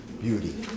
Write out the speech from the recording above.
Beauty